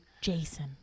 Jason